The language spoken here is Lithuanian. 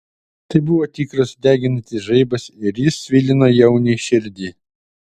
tai buvo tikras deginantis žaibas ir jis svilino jauniui širdį